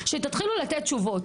שתתחילו לתת תשובות.